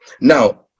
Now